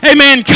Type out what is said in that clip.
Amen